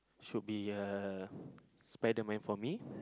should be uh spiderman for me